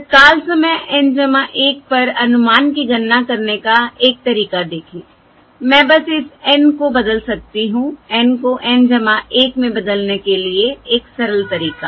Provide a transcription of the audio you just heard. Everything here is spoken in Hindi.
तत्काल समय N 1 पर अनुमान की गणना करने का एक तरीका देखें मैं बस इस N को बदल सकती हूं N को N 1 में बदलने के लिए एक सरल तरीका